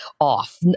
off